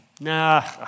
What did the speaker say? Nah